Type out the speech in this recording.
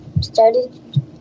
started